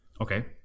Okay